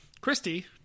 christy